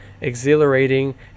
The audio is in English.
exhilarating